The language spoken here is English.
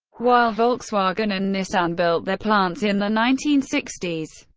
while volkswagen and nissan built their plants in the nineteen sixty s.